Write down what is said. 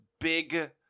big